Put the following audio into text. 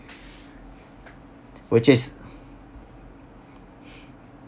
which is